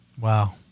Wow